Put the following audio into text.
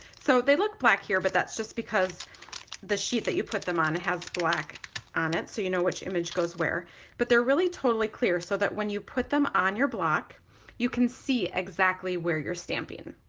so they look black here but that's just because the sheet that you put them on it has black on it so you know which image goes where but they're really totally clear so that when you put them on your block you can see exactly where you're stamping.